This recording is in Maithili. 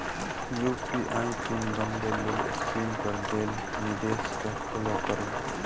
यू.पी.आई पिन बनबै लेल स्क्रीन पर देल निर्देश कें फॉलो करू